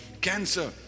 cancer